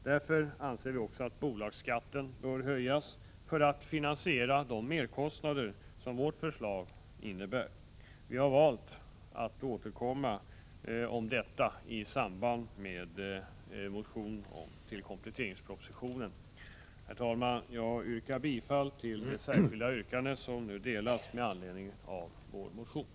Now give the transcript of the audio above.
Därför anser vi att bolagsskatten bör höjas för att finansiera de merkostnader som vårt förslag innebär. Vi har valt att återkomma om detta i samband med motion i anslutning till kompletteringspropositionen. Herr talman! Jag yrkar bifall till det särskilda yrkande som har delats ut i kammaren och som har följande lydelse: